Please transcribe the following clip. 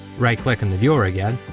right click in the viewer again,